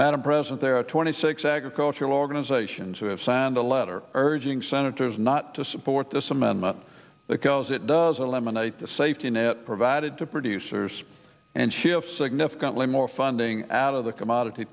madam president there are twenty six agricultural organizations who have signed a letter urging senators not to support this amendment that goes it does eliminate the safety net provided to producers and shift significantly more funding out of the commodity